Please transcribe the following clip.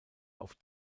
auf